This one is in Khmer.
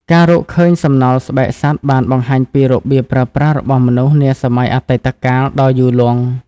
ការរកឃើញសំណល់ស្បែកសត្វបានបង្ហាញពីរបៀបប្រើប្រាស់របស់មនុស្សនាសម័យអតីតកាលដ៏យូរលង់។